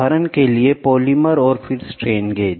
उदाहरण के लिए पॉलीमर और फिर स्ट्रेन गेज